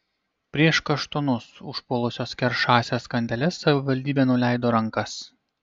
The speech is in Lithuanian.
prieš kaštonus užpuolusias keršąsias kandeles savivaldybė nuleido rankas